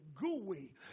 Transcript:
gooey